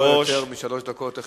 לא יותר משלוש דקות.